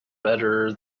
better